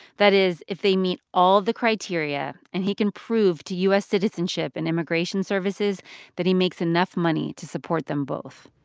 that is if they meet all the criteria and he can prove to u s. citizenship and immigration services that he makes enough money to support them both.